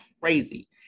crazy